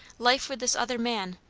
life with this other man?